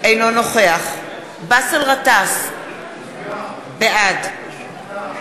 אינו נוכח באסל גטאס, נמנע אילן